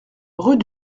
rue